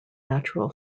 natural